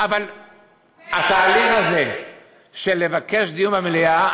אבל התהליך הזה של לבקש דיון במליאה,